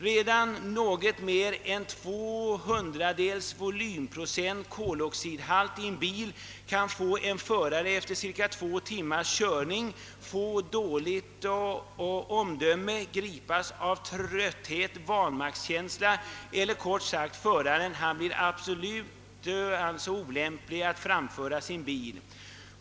Redan en koloxidhalt av något med än 0,02 volymprocent i en bil kan göra att en förare efter cirka två timmars körning får dåligt omdöme, grips av trötthet och vanmaktskänsla, kort sagt blir absolut olämplig att föra en bil.